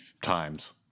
times